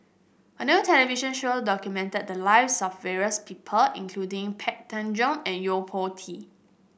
a new television show documented the lives of various people including Pang Teck Joon and Yo Po Tee